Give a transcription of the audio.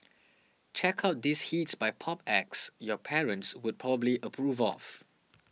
check out these hits by pop acts your parents would probably approve of